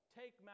take